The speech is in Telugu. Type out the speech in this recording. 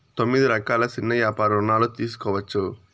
తొమ్మిది రకాల సిన్న యాపార రుణాలు తీసుకోవచ్చు